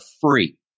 free